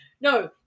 no